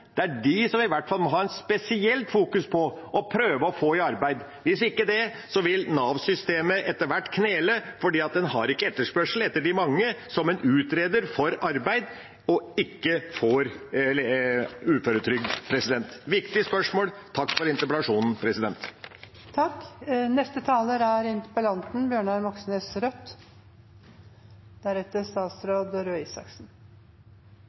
er den vi i hvert fall må fokusere spesielt på og prøve å få i arbeid. Hvis ikke vil Nav-systemet etter hvert knele, fordi en ikke har etterspørsel etter de mange som en utreder for arbeid, og som ikke får uføretrygd. Dette er viktige spørsmål, så takk for interpellasjonen. Jeg skal først innrømme at dette med å beholde 80-prosenten, altså lavlønnstillegget, på varig basis, er